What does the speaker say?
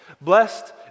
blessed